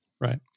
Right